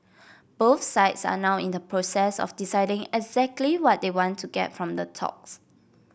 both sides are now in the process of deciding exactly what they want to get from the talks